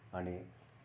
अनि